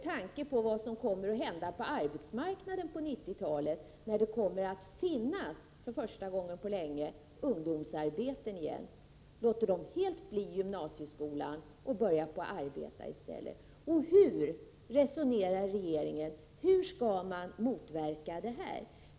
Och vad kommer att hända när arbetsmarknaden på 1990-talet för första gången på länge blir sådan att det kommer att finnas ungdomsarbeten igen? Låter de då helt bli gymnasieskolan och börjar arbeta i stället? Hur skall vi, enligt regeringen, motverka detta?